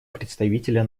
представителя